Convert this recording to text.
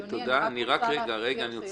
אדוני, אני רק רוצה להסביר שיש חובת סודיות.